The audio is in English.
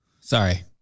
Sorry